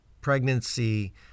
pregnancy